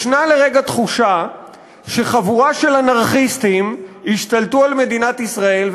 יש לרגע תחושה שחבורה של אנרכיסטים השתלטו על מדינת ישראל,